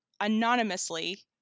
anonymously